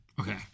Okay